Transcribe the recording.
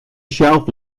shelf